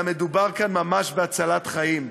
אלא מדובר כאן ממש בהצלת חיים.